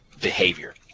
behavior